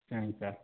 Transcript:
சரிங்க சார்